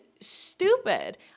stupid